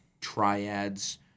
triads